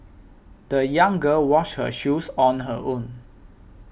the young girl washed her shoes on her own